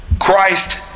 Christ